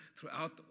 throughout